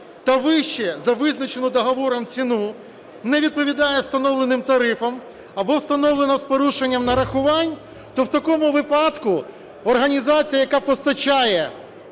та вище за визначену договором ціну, не відповідає встановленим тарифам або встановлено з порушенням нарахувань, то в такому випадку організація, яка постачає